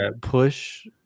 push